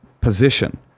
position